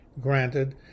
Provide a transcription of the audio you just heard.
Granted